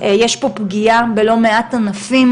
יש פה פגיעה בלא מעט ענפים,